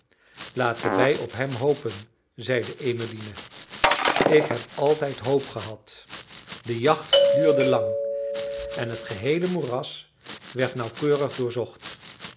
laten wij op hem hopen zeide emmeline ik heb altijd hoop gehad de jacht duurde lang en het geheele moeras werd nauwkeurig doorzocht